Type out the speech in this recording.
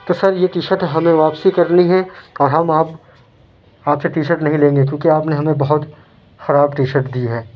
تو سر یہ T shirt ہمیں واپسی کرنی ہے کہ ہم آپ آپ سے ٹی شرٹ نہیں لیں گے کیوں کہ آپ نے ہمیں بہت خراب ٹی شرٹ دی ہے